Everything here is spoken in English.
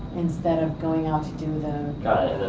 instead of going out to do the got it,